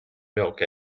milk